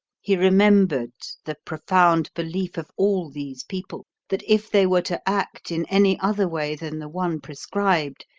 he remembered the profound belief of all these people that if they were to act in any other way than the one prescribed,